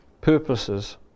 purposes